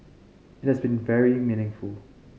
it has been very meaningful